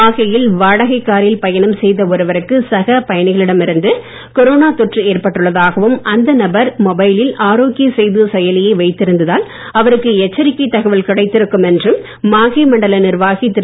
மாஹேயில் வாடகை காரில் பயணம் செய்த ஒருவருக்கு சக பயணிகளிடம் இருந்து கொரோனா தொற்று ஏற்பட்டுள்ளதாகவும் அந்த நபர் மொபைலில் ஆரோக்கிய சேவை செயலியை வைத்திருந்தால் அவருக்கு எச்சரிக்கை தகவல் கிடைத்திருக்கும் என்றும் மாஹே மண்டல நிர்வாகி திரு